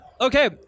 Okay